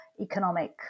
economic